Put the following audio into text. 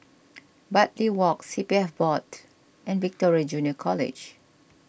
Bartley Walk C P F Board and Victoria Junior College